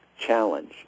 challenge